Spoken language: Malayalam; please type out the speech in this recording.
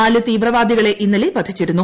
നാല് തീവ്രവാദികളെ ഇന്നലെ വധിച്ചിരുന്നു